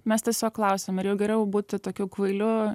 mes tiesiog klausiam ir jau geriau būti tokiu kvailiu